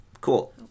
Cool